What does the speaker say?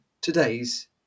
today's